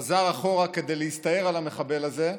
חזר אחורה כדי להסתער על המחבל הזה,